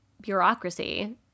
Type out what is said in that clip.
bureaucracy